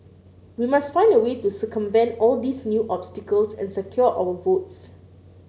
we must find a way to circumvent all these new obstacles and secure our votes